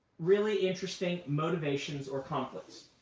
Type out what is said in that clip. really interesting motivations or conflicts,